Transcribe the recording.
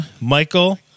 Michael